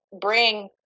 bring